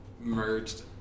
merged